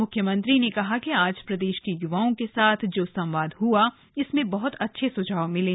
म्ख्यमंत्री ने कहा कि आज प्रदेश के य्वाओं के साथ जो संवाद हुआ इसमें बह्त अच्छे सुझाव मिले